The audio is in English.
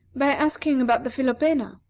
by asking about the philopena.